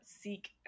seek